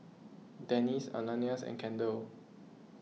Dennis Ananias and Kendall